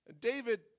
David